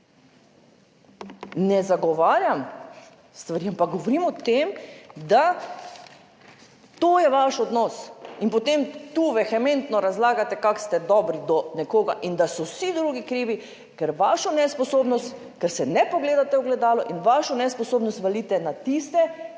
Ne zagovarjam stvari, ampak govorim o tem, da to je vaš odnos in potem tu vehementno razlagate, kako ste dobri do nekoga in da so vsi drugi krivi, ker vašo nesposobnost, ker se ne pogledate v ogledalo in vašo nesposobnost valite na tiste,